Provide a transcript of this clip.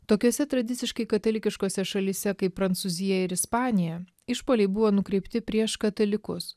tokiose tradiciškai katalikiškose šalyse kaip prancūzija ir ispanija išpuoliai buvo nukreipti prieš katalikus